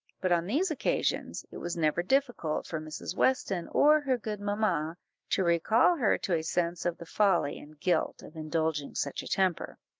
but on these occasions it was never difficult for mrs. weston or her good mamma to recall her to a sense of the folly and guilt of indulging such a temper